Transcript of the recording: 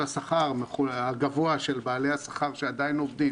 השכר הגבוה של בעלי השכר שעדיין עובדים